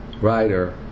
writer